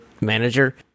manager